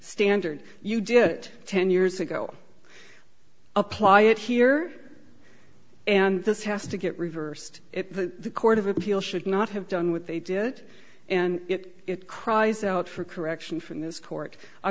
standard you did it ten years ago apply it here and this has to get reversed if the court of appeal should not have done what they did and it cries out for correction from this court i